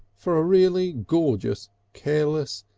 for a really gorgeous, careless,